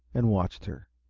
and watched her.